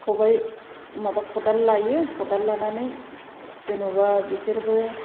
खबाय माबा खदाल लायो खदाल लानानै जेनेबा बिसोरबो